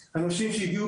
השבות.